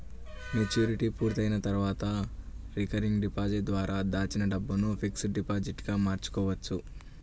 maturity పూర్తయిన తర్వాత recurring deposit ద్వారా దాచిన డబ్బును ఫిక్స్డ్ డిపాజిట్ గా మార్చుకోవచ్చు